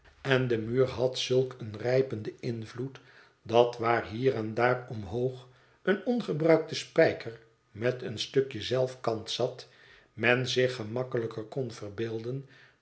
en de muur had zulk een rijpenden invloed dat waar hier en daar omhoog een ongebruikte spijker met een stukje zelfkant zat men zich gemakkelijker kon verbeelden